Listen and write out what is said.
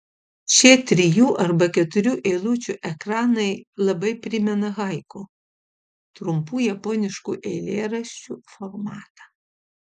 šie trijų arba keturių eilučių ekranai labai primena haiku trumpų japoniškų eilėraščių formatą